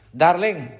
darling